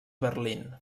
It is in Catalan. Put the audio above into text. berlín